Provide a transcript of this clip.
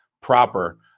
proper